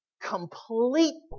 completely